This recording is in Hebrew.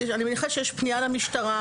אני מניחה שיש פנייה למשטרה,